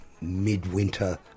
midwinter